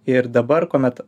ir dabar kuomet